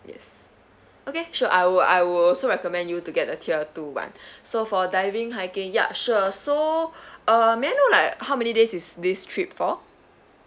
yes okay sure I will I will also recommend you to get the tier two one so for diving hiking ya sure so uh may I know like how many days is this trip for